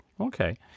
Okay